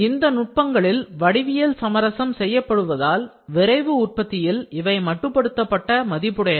இந்த நுட்பங்களால் வடிவியல் சமரசம் செய்யப்படுவதால் விரைவான உற்பத்தியில் இவை மட்டுப்படுத்தப்பட்ட மதிப்புடையவை